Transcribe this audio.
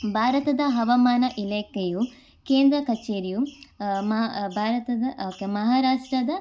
ಭಾರತದ ಹವಾಮಾನ ಇಲಾಖೆಯು ಕೇಂದ್ರ ಕಛೇರಿಯು ಮ ಭಾರತದ ಓಕೆ ಮಹಾರಾಷ್ಟ್ರದ